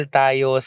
tayo